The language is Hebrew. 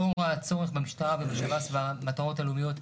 לאור הצורך במשטרה ובשב"ס והמטרות הלאומיות,